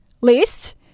list